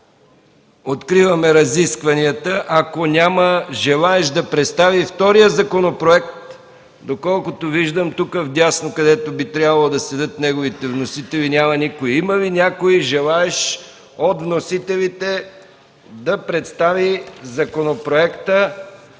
Откривам разискванията. Има ли желаещ да представи втория законопроект? Доколкото виждам, вдясно, където би трябвало да седят неговите вносители, няма никой. Има ли някой желаещ от вносителите да представи законопроекта